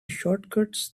shortcuts